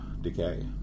decay